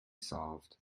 solved